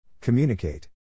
Communicate